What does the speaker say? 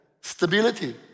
stability